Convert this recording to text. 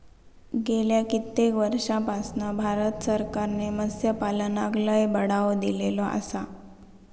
गेल्या कित्येक वर्षापासना भारत सरकारने मत्स्यपालनाक लय बढावो दिलेलो आसा